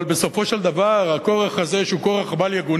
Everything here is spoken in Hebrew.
אבל בסופו של דבר, הכורח הזה שהוא כורח בל-יגונה,